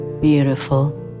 beautiful